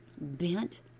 bent